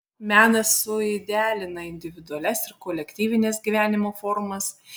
menas suidealina individualias ir kolektyvines gyvenimo formas